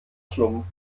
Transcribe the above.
schlumpf